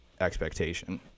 expectation